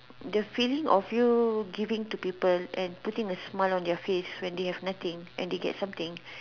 the feeling of you giving to people and putting a smile on their face when they have nothing and they get something